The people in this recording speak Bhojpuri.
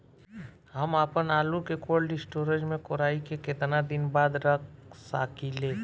हम आपनआलू के कोल्ड स्टोरेज में कोराई के केतना दिन बाद रख साकिले?